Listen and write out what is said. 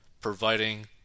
providing